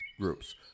groups